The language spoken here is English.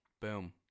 Boom